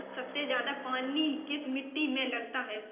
सबसे ज्यादा पानी किस मिट्टी में लगता है?